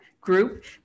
group